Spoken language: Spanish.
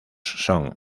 son